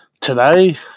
today